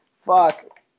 Fuck